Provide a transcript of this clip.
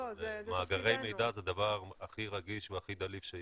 אבל מאגרי מידע זה דבר הכי רגיש והכי דליף שיש.